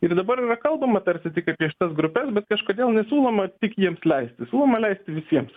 ir dabar yra kalbama tarsi tik apie šitas grupes bet kažkodėl nesiūloma tik jiems leisti siūloma leisti visiems